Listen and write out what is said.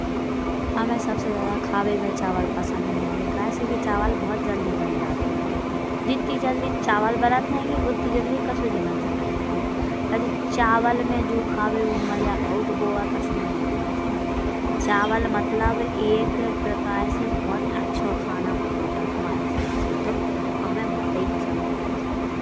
हमे सबसे ज्यादा खाबे में चावल पसंद हइंगे। कइसे चावल बहुत जल्दी बन जात हइंगे। जित्ते जल्दी चावल बनत हइंगे। उत्ते जल्दी कच्छु नहीं बन सकत हइंगो। कइसे चावल में जो खावे बे मजा आथ। वो अउर कच्छु मा नईं आ सकत। चावल मतलब एक प्रकार से बहुत अच्छा खाना मानो जात। हमाये हिसाब से तो अउर हमें बहुतै पसंद है भाईयान।